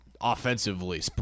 offensively